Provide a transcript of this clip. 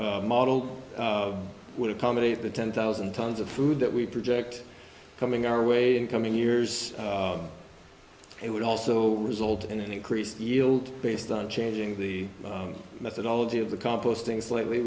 modeled would accommodate the ten thousand tons of food that we project coming our way in coming years it would also result in an increased yield based on changing the methodology of the composting slightly